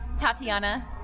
Tatiana